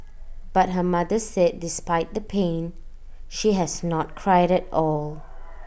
but her mother said despite the pain she has not cried at all